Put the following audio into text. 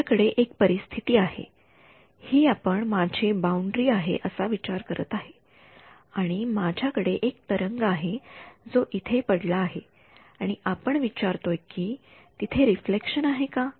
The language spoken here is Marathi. आपल्या कडे एक परिस्थिती आहे हि आपण माझी बाउंडरी आहे असा विचार करत आहे आणि माझ्या कडे एक तरंग आहे जो इथे पडला आहे आणि आपण विचारतोय कि तिथे रिफ्लेक्शन आहे का